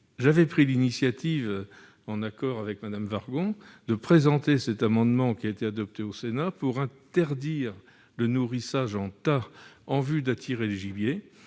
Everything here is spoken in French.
j'avais pris l'initiative, en accord avec Mme Wargon, de présenter un amendement, adopté par le Sénat, visant à interdire le nourrissage en tas en vue d'attirer le gibier,